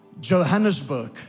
Johannesburg